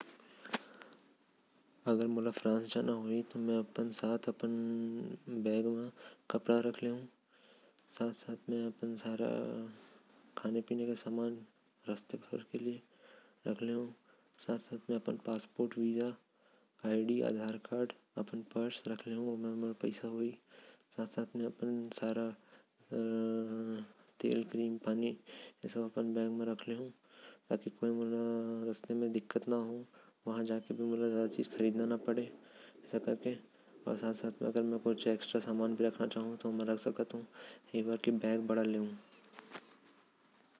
अगर फ्रांस जाहु तो अपन साथ एक ठो सूटकेस म कपड़ा। मोर दस्तावेज रखु जैसे कि आधार कार्ड आईडी। पासपोर्ट मोर वीसा और अपन वॉलेट रखु। जो मोके काम आहि समय समय मे। ओकर साथ साथ कुछ खाये बर कुछ तेल। क्रीम अउ पानी रखु।